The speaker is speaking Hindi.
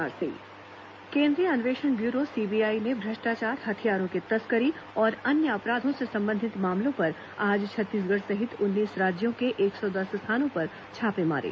सीबीआई कार्रवाई केन्द्रीय अन्वेषण ब्यूरो सीबीआई ने भ्रष्टाचार हथियारों की तस्करी और अन्य अपराधों से संबंधित मामलों पर आज छत्तीसगढ़ सहित उन्नीस राज्यों के एक सौ दस स्थानों पर छापे मारे